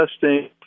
testing